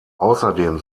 außerdem